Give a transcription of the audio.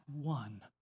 one